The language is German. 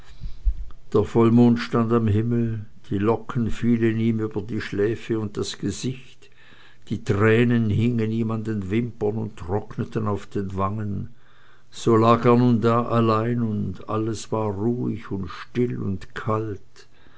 der vollmond stand am himmel die locken fielen ihm über die schläfe und das gesicht die tränen hingen ihm an den wimpern und trockneten auf den wangen so lag er nun da allein und alles war ruhig und still und kalt